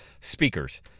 speakers